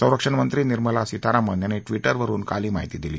संरक्षणमंत्री निर्मला सीतारामन यांनी ट्विटरवरुन काल ही माहिती दिली